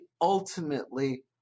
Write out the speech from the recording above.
ultimately